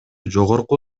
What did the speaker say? жогорку